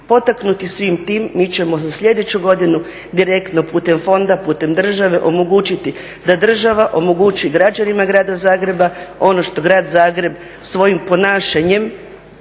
potaknuti svim tim mi ćemo za sljedeću godinu direktno putem fonda, putem države omogućiti da država omogući građanima grada Zagreba ono što grad Zagreb svojim ponašanjem,